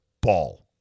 ball